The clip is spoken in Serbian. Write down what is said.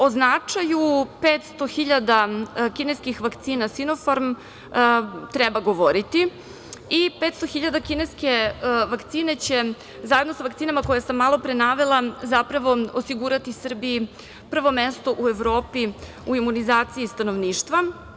O značaju 500 hiljada kineskih vakcina Sinofarm treba govoriti i 500 hiljada kineske vakcine će zajedno sa vakcinama koje sam malopre navele zapravo osigurati Srbiji prvo mesto u Evropi u imunizaciji stanovništva.